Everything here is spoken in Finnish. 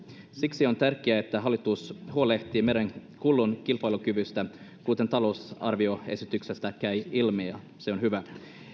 siksi on tärkeää että hallitus huolehtii merenkulun kilpailukyvystä kuten talousarvioesityksestä käy ilmi se on hyvä